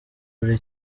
buri